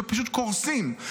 שפשוט קורסים.